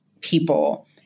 people